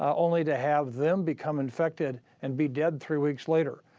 only to have them become infected and be dead three weeks later,